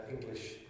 English